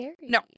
No